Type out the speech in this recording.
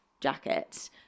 jacket